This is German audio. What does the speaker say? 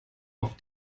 auf